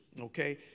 okay